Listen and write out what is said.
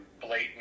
blatant